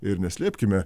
ir neslėpkime